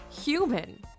human